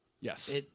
Yes